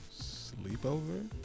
Sleepover